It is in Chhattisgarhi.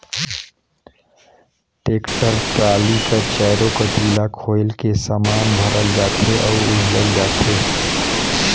टेक्टर टराली कर चाएरो कती ल खोएल के समान भरल जाथे अउ उझलल जाथे